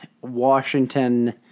Washington